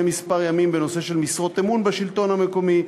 כמה ימים בנושא של משרות אמון בשלטון המקומי,